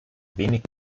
wenig